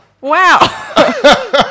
Wow